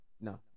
No